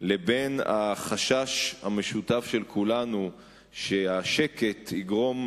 לבין החשש המשותף של כולנו שהשקט יגרום